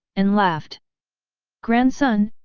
and laughed grandson,